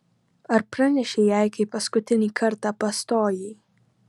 ar pranešei jai kai paskutinį kartą pastojai